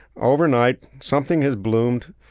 overnight, something has bloomed,